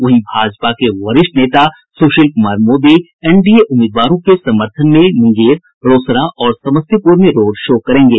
वहीं भाजपा के वरिष्ठ नेता सुशील कुमार मोदी एनडीए उम्मीदवारों के समर्थन में मूंगेर रोसड़ा और समस्तीपूर में रोड शो करेंगे